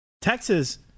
Texas